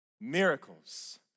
miracles